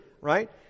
right